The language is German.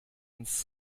ins